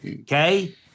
Okay